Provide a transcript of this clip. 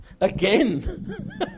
Again